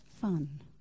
fun